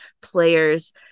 players